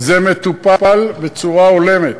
זה מטופל בצורה הולמת,